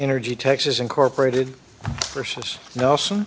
energy texas incorporated versus nelson